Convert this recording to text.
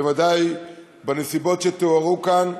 בוודאי בנסיבות שתוארו כאן,